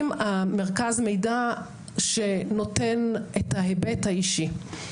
עם מרכז המידע שנותן את ההיבט האישי.